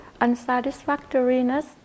unsatisfactoriness